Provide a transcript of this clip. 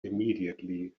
immediately